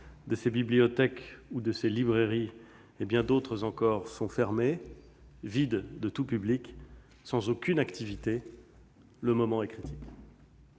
de ses bibliothèques ou de ses librairies, et bien d'autres encore, sont fermés, vides de tout public, sans aucune activité, le moment est critique.